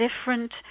different